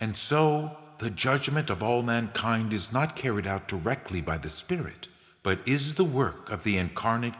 and so the judgment of all mankind is not carried out directly by the spirit but is the work of the incarnate